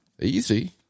Easy